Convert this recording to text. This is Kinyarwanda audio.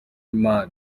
maj